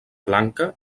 blanca